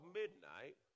midnight